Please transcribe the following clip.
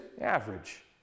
average